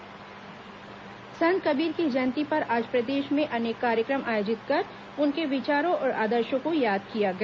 कबीर जयंती संत कबीर की जयंती पर आज प्रदेश में अनेक कार्यक्रम आयोजित कर उनके विचारों और आदर्शों को याद किया गया